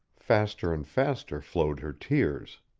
faster and faster flowed her tears.